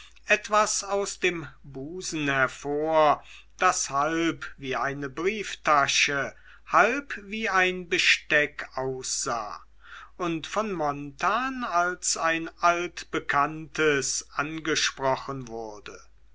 etwas aus dem busen das halb wie eine brieftasche halb wie ein besteck aussah und von montan als ein altbekanntes angesprochen wurde